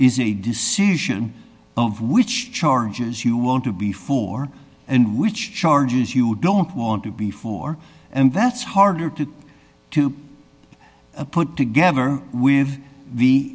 is a decision of which charges you want to be for and which charges you don't want to be for and that's harder to put together with the